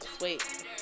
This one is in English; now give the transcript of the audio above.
Wait